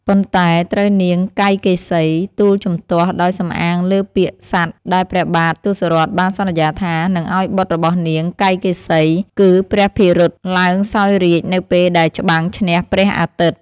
ប៉ុន្តែត្រូវនាង កៃកេសី ទូលជំទាស់ដោយសំអាងលើពាក្យសត្យ ដែលព្រះបាទទសរថបានសន្យាថា នឹងឱ្យបុត្ររបស់នាង កៃកេសី គឺព្រះភិរុតឡើងសោយរាជ្យនៅពេលដែលច្បាំងឈ្នះព្រះអាទិត្យ។